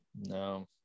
No